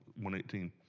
118